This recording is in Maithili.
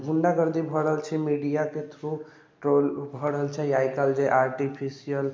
गुण्डागर्दी भरल छै मीडियाके थ्रू ट्रोल भऽ रहल छै आइकाल्हि जे आर्टिफिसियल